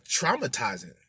traumatizing